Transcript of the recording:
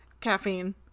Caffeine